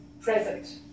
present